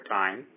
time